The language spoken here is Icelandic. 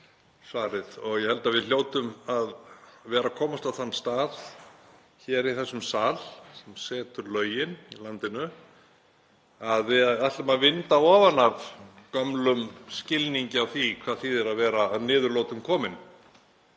svarið. Ég held að við hljótum að vera að komast á þann stað hér í þessum sal, þar sem lögin í landinu eru sett, að við ætlum að vinda ofan af gömlum skilningi á því hvað það þýðir að vera að niðurlotum kominn.